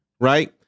Right